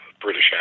British